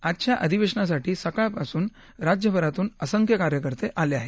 आजच्या अधिवेशनासाठी सकाळपासून राज्यभरातून असंख्य कार्यकर्ते आले आहेत